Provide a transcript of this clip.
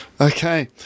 okay